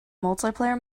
multiplayer